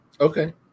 okay